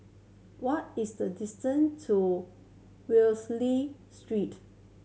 what is the distance to Street